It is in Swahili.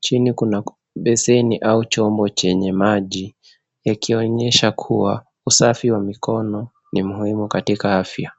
Chini kuna beseni au chombo chenye mai yakionyesha kuwa usafi wa mikono ni muhimu katika afya.